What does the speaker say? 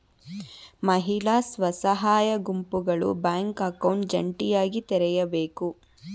ಮಹಿಳಾ ಸ್ವಸಹಾಯ ಗುಂಪುಗಳು ಬ್ಯಾಂಕ್ ಅಕೌಂಟ್ ಜಂಟಿಯಾಗಿ ತೆರೆಯಬೇಕು